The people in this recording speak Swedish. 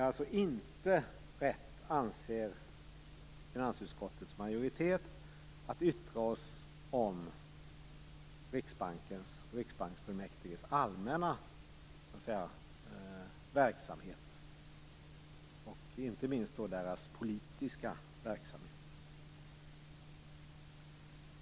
Finansutskottets majoritet anser alltså att vi inte har rätt att yttra oss om Riksbankens och riksbanksfullmäktiges allmänna verksamhet, minst av allt deras politiska verksamhet.